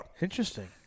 Interesting